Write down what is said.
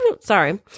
Sorry